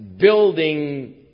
building